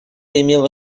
имело